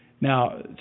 Now